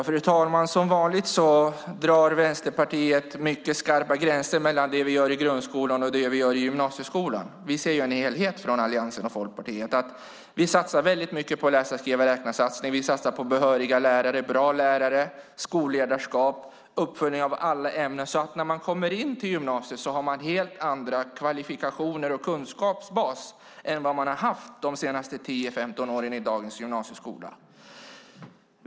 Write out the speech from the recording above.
Fru talman! Som vanligt drar Vänsterpartiet skarpa gränser mellan det vi gör i grundskolan och det vi gör i gymnasieskolan. Från Alliansen och Folkpartiet ser vi det som en helhet. Vi satsar mycket på läsa-skriva-räkna. Vi satsar på behöriga lärare, bra lärare, skolledarskap, uppföljning av alla ämnen så att man, när man kommer till gymnasiet, har helt andra kvalifikationer och en helt annan kunskapsbas än den som man haft de senaste tio femton åren i gymnasieskolan.